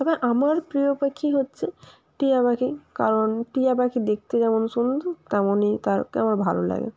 তবে আমার প্রিয় পাখি হচ্ছে টিয়া পাখি কারণ টিয়া পাখি দেখতে যেমন সুন্দর তেমনই তারকে আমার ভালো লাগে